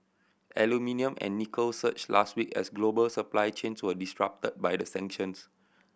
aluminium and nickel surged last week as global supply chains were disrupted by the sanctions